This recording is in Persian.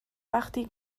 وقتی